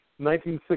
1960